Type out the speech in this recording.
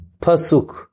Pasuk